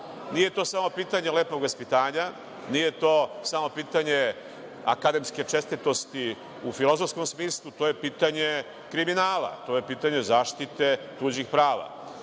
Nije to samo pitanje lepog vaspitanja, nije to samo pitanje akademske čestitosti u filozofskom smislu, to je pitanje kriminala, to je pitanje zaštite tuđih prava. Masa,